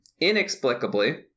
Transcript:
inexplicably